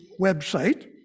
website